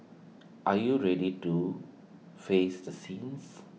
are you ready to face the sins